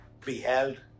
beheld